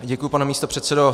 Děkuji, pane místopředsedo.